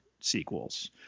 sequels